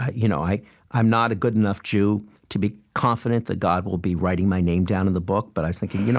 ah you know i'm not a good enough jew to be confident that god will be writing my name down in the book, but i was thinking, you know